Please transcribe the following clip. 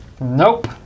Nope